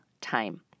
time